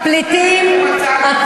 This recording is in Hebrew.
עם הצעת החוק הזאת.